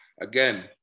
Again